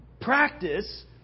practice